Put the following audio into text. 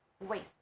waste